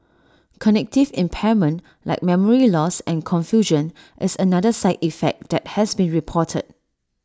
cognitive impairment like memory loss and confusion is another side effect that has been reported